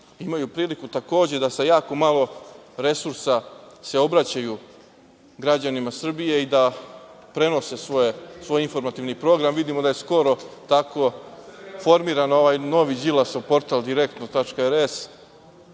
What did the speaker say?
Imaju priliku, takođe, da sa jako malo resursa se obraćaju građanima Srbije i da prenose svoj informativni program. Vidimo da je skoro tako formiran ovaj novi Đilasov portal - direktno.rs,